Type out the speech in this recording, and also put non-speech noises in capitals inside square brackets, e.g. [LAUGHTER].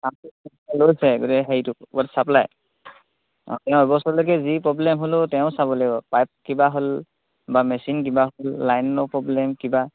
[UNINTELLIGIBLE] লৈছে গোটেই হেৰিটো [UNINTELLIGIBLE] চাপ্লাই তেওঁ এছৰলৈকে যি প্ৰব্লেম হ'লেও তেওঁ চাব লাগিব পাইপ কিবা হ'ল বা মেচিন কিবা হ'ল লাইনৰ প্ৰব্লেম কিবা